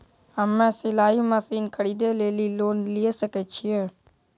हम्मे सिलाई मसीन खरीदे लेली लोन लिये सकय छियै?